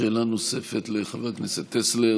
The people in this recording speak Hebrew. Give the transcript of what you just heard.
שאלה נוספת לחבר הכנסת טסלר.